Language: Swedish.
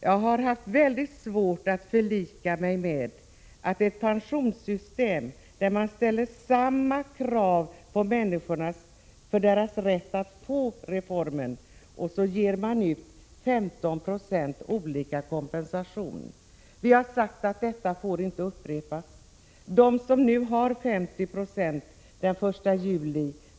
Jag har haft väldigt svårt att förlika mig med ett pensionssystem där man ställer samma krav i fråga om människornas rätt att få del av reformen men där man ger ut en kompensation som kan skilja 15 96. Vi har sagt att detta inte får upprepas.